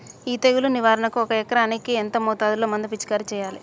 ఈ తెగులు నివారణకు ఒక ఎకరానికి ఎంత మోతాదులో మందు పిచికారీ చెయ్యాలే?